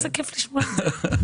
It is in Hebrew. איזה כיף לשמוע את זה.